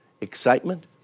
Excitement